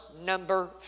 number